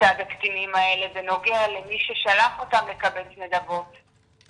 מצד הקטינים האלה בנוגע למי ששלח אותם לקבץ נדבות.